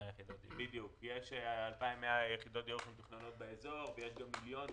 יש 2,100 יחידות דיור מתוכננות באזור ויש 1.5